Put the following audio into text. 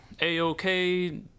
A-OK